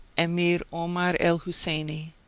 emir omar el-hus seini,